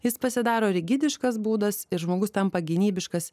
jis pasidaro rigidiškas būdas ir žmogus tampa gynybiškas